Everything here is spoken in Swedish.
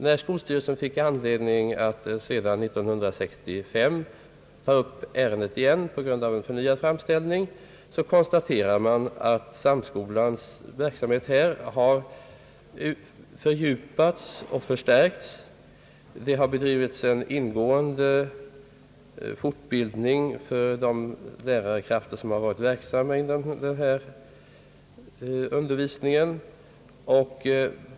När skolstyrelsen sedan 1965 fick anledning att ta upp ärendet igen på grund av förnyad framställning, konstaterade man att Samskolans verksamhet har fördjupats och förstärkts. Det har bedrivits en ingående fortbildning för de lärarkrafter som varit verksamma inom denna under visning.